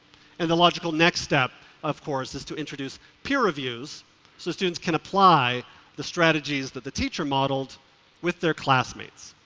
and the logical next step of course is to introduce peer reviews so students can apply the strategies that the teacher modeled with their classmates.